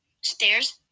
stairs